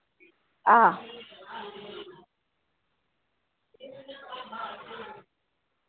हां